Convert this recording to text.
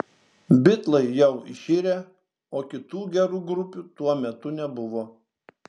bitlai jau iširę o kitų gerų grupių tuo metu nebuvo